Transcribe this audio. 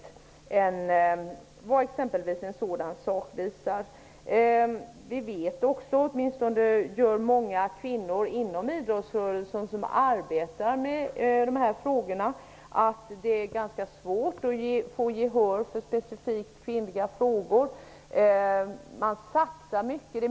Många kvinnor som arbetar med de här frågorna inom idrottsrörelsen vet att det är ganska svårt att få gehör för specifikt kvinnliga frågor.